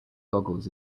goggles